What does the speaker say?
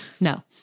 No